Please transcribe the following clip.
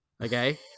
Okay